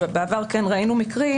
אבל בעבר כן ראינו מקרים